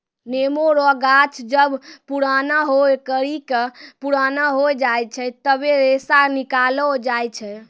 नेमो रो गाछ जब पुराणा होय करि के पुराना हो जाय छै तबै रेशा निकालो जाय छै